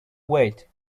wait